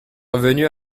revenu